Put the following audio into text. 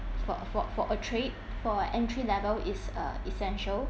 for a for for a trade for entry level it's uh essential